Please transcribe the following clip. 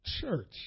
church